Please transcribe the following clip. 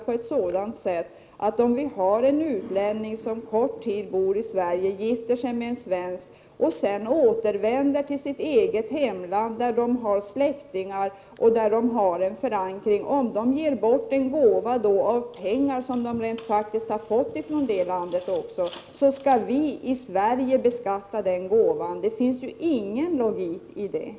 Låt oss anta att en utlänning, som en kort tid bor i Sverige, gifter sig med en svenska och sedan återvänder till sitt eget hemland, där han har släktingar och sin förankring. Om de skänker bort en gåva i form av pengar, som härrör från det landet, skall den gåvan beskattas i Sverige. Det finns ju inte någon som helst logik i detta!